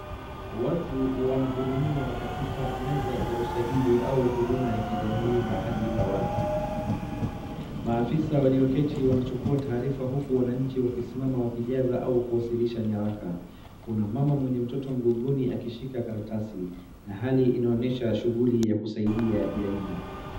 Watu wanahudumiwa katika meza za usajili au huduma ya kijamii mahali pa wazi, maafisa walioketi wanachukua taarifa huku wananchi wakisimama wakijaza kuwasilisha nyaraka, kuna mama wenye mtoto mgongoni akishika karatasi na hali inaonyesha shughuli ya kusaidia jamii.